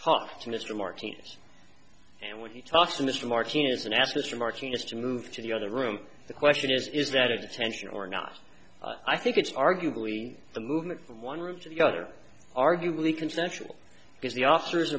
talk to mr martinez and when he talks to mr martinez and ask mr martinez to move to the other room the question is is that attention or not i think it's arguably the movement from one room to the other arguably consensual because the officer